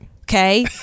Okay